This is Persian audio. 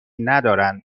ندارند